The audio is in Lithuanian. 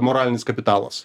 moralinis kapitalas